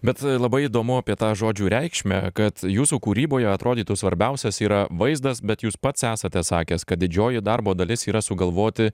bet labai įdomu apie tą žodžių reikšmę kad jūsų kūryboje atrodytų svarbiausias yra vaizdas bet jūs pats esate sakęs kad didžioji darbo dalis yra sugalvoti